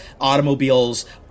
automobiles